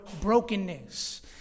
brokenness